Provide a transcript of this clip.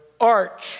arch